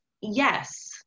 yes